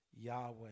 Yahweh